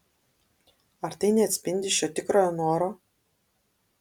ar tai neatspindi šio tikrojo noro